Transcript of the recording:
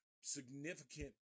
significant